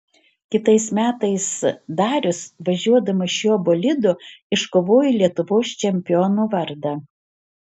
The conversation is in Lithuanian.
kitais metais darius važiuodamas šiuo bolidu iškovojo lietuvos čempiono vardą